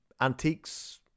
Antiques